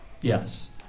Yes